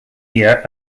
year